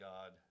God